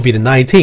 COVID-19